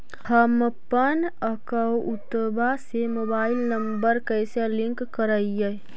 हमपन अकौउतवा से मोबाईल नंबर कैसे लिंक करैइय?